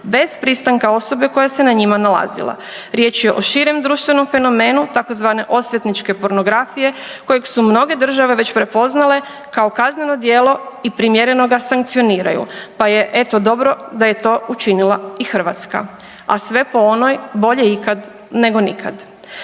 bez pristanka osobe koja se na njima nalazila. Riječ je o širem društvenom fenomenu, tzv. osvetničke pornografije kojeg su mnoge države već prepoznale kao kazneno djelo i primjereno ga sankcioniraju, pa je, eto, dobro da je to učinila i Hrvatska, a sve po onoj, bolje ikad nego nikad.